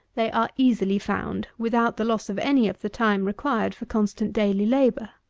they are easily found, without the loss of any of the time required for constant daily labour.